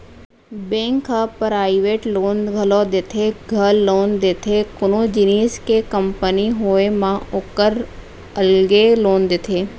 bank ह private loan घलौ देथे, घर लोन देथे, कोनो जिनिस के कंपनी होय म ओकर अलगे लोन देथे